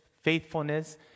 faithfulness